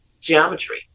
geometry